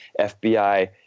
FBI